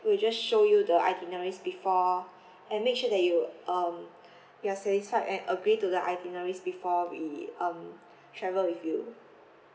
we'll just show you the itineraries before and make sure that you um you are satisfied and agree to the itineraries before we um travel with you